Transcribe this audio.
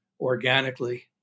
organically